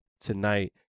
tonight